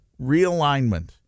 realignment